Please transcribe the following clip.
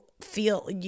feel